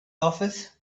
office